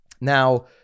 Now